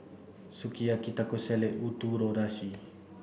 Sukiyaki Taco Salad and Ootoro Sushi